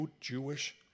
Jewish